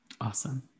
Awesome